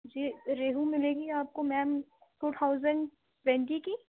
جی ریہو ملے گی آپ كو میم ٹو تھاؤزنڈ ٹوئنٹی كی